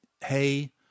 hey